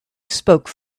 spoke